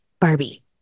Barbie